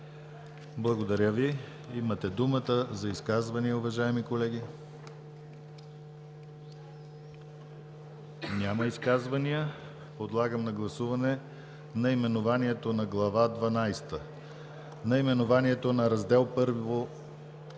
Благодаря Ви. Имате думата за изказвания, уважаеми колеги. Няма изказвания. Подлагам на гласуване наименованието на Глава дванадесета; наименованието на Раздел I